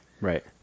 Right